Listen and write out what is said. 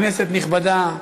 כנסת נכבדה,